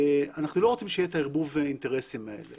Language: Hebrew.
אנחנו לא רוצים שיהיה ערבוב האינטרסים הזה,